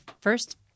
first